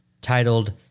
titled